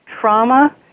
Trauma